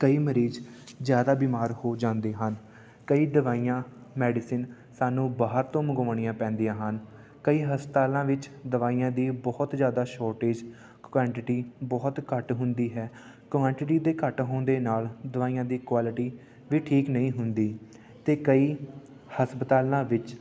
ਕਈ ਮਰੀਜ਼ ਜ਼ਿਆਦਾ ਬਿਮਾਰ ਹੋ ਜਾਂਦੇ ਹਨ ਕਈ ਦਵਾਈਆਂ ਮੈਡੀਸਿਨ ਸਾਨੂੰ ਬਾਹਰ ਤੋਂ ਮੰਗਵਾਉਣੀਆਂ ਪੈਂਦੀਆਂ ਹਨ ਕਈ ਹਸਪਤਾਲਾਂ ਵਿੱਚ ਦਵਾਈਆਂ ਦੀ ਬਹੁਤ ਜ਼ਿਆਦਾ ਸ਼ੋਰਟੇਜ ਕੁਆਂਟਿਟੀ ਬਹੁਤ ਘੱਟ ਹੁੰਦੀ ਹੈ ਕੁਆਂਟਿਟੀ ਦੇ ਘੱਟ ਹੋਣ ਦੇ ਨਾਲ ਦਵਾਈਆਂ ਦੀ ਕੁਆਲਿਟੀ ਵੀ ਠੀਕ ਨਹੀਂ ਹੁੰਦੀ ਅਤੇ ਕਈ ਹਸਪਤਾਲਾਂ ਵਿੱਚ